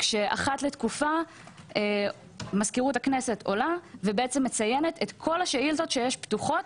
כשאחת לתקופה מזכירות הכנסת עולה ומצינת את כל השאילתות שפתוחות,